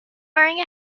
wearing